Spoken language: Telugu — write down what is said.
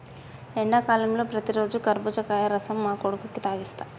ఎండాకాలంలో ప్రతిరోజు కర్బుజకాయల రసం మా కొడుకుకి తాగిస్తాం